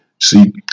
See